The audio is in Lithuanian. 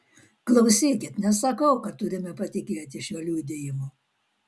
klausykit nesakau kad turime patikėti šiuo liudijimu